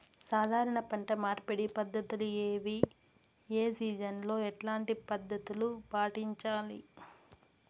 సాధారణ పంట మార్పిడి పద్ధతులు ఏవి? ఏ సీజన్ లో ఎట్లాంటి పద్ధతులు పాటించాలి?